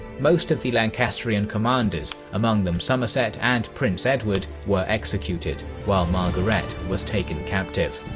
most of the lancastrian commanders, among them summerset and prince edward were executed, while margaret was taken captive.